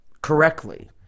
correctly